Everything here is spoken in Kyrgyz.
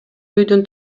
үйдүн